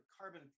carbon